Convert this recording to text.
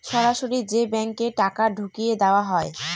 সরাসরি যে ব্যাঙ্কে টাকা ঢুকিয়ে দেওয়া হয়